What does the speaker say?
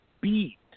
beat